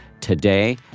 today